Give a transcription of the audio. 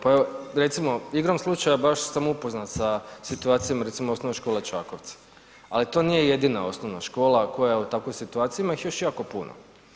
Pa evo recimo, igrom slučaja baš sam upoznat sa situacijom recimo Osnovne škole Čakovec ali to nije jedina osnovna škola koja je u takvoj situaciji, ima ih još jako puno.